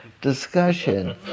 discussion